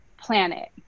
planet